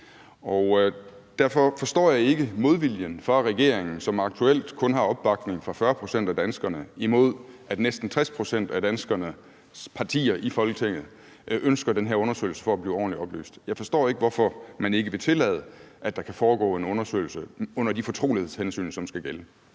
Jeg forstår ikke modviljen fra regeringens side. Regeringen har aktuelt kun opbakning fra 40 pct. af danskerne, imod at næsten 60 pct. af danskernes partier i Folketinget ønsker den her undersøgelse for at blive ordentligt oplyst. Jeg forstår ikke, hvorfor man ikke vil tillade, at der kan foregå en undersøgelse under de fortrolighedshensyn, som skal gælde.